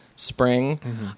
spring